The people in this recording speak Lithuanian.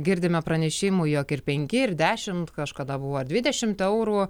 girdime pranešimų jog ir penki ir dešimt kažkada buvo dvidešimt eurų